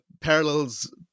parallels